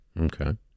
Okay